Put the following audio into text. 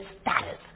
status